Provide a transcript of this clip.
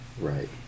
Right